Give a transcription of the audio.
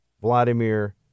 vladimir